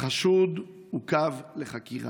והחשוד עוכב לחקירה.